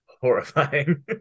horrifying